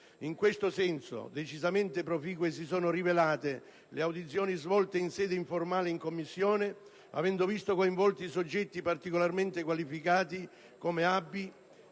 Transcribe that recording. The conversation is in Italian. In questo senso, decisamente proficue si sono rivelate le audizioni svolte in sede informale in Commissione, poiché hanno visto coinvolti soggetti particolarmente qualificati, come ABI,